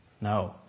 No